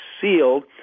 sealed